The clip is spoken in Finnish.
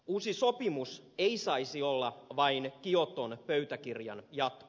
uusi sopimus ei saisi olla vain kioton pöytäkirjan jatko